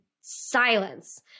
silence